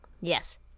yes